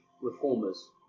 reformers